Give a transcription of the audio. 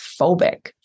phobic